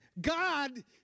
God